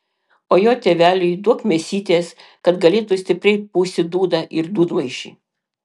o jo tėveliui duok mėsytės kad galėtų stipriai pūsti dūdą ir dūdmaišį